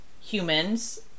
humans